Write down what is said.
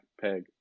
peg